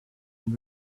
and